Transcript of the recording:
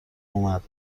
اومد